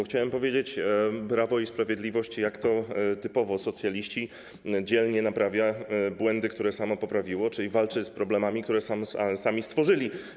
Chciałem powiedzieć: Prawo i Sprawiedliwość, jak to typowo socjaliści, dzielnie naprawia błędy, które samo popełniło, czyli walczy z problemami, które samo stworzyło.